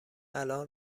الان